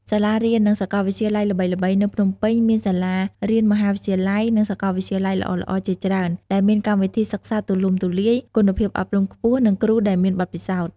សាលារៀន និងសាកលវិទ្យាល័យល្បីៗនៅភ្នំពេញមានសាលារៀន មហាវិទ្យាល័យ និងសាកលវិទ្យាល័យល្អៗជាច្រើន ដែលមានកម្មវិធីសិក្សាទូលំទូលាយ គុណភាពអប់រំខ្ពស់ និងគ្រូដែលមានបទពិសោធន៍។